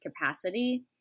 capacity